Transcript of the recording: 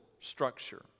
structure